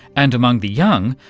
and among the young,